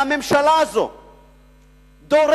והממשלה הזאת דורסת